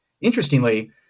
Interestingly